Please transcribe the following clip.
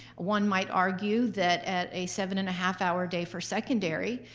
one might argue that at a seven and a half hour day for secondary,